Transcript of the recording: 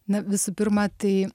na visų pirma tai